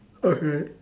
okay